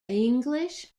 english